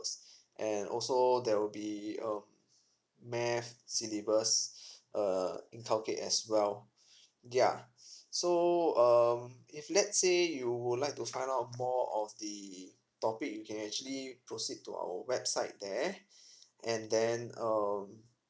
and also there will be um math syllabus uh inculcate as well yeah so um if let's say you would like to find out more of the topic you can actually proceed to our website there and then um